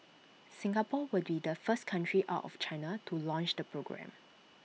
Singapore will be the first country out of China to launch the programme